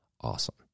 awesome